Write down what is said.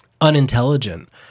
unintelligent